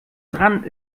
dran